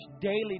daily